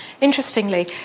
Interestingly